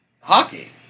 hockey